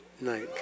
night